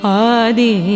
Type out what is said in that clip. adi